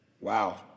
Wow